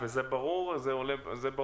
וזה ברור מהתקנות?